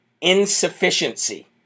insufficiency